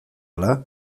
ala